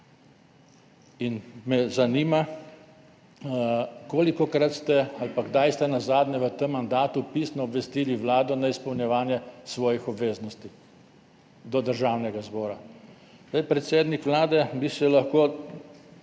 Zanima me, kolikokrat ste ali pa kdaj ste nazadnje v tem mandatu pisno obvestili Vlado o neizpolnjevanju njenih obveznosti do Državnega zbora. Predsednik Vlade bi se lahko